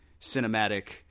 cinematic